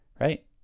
right